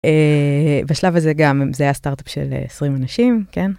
אה... בשלב הזה גם, אם זה הסטארט-אפ של 20 אנשים, כן?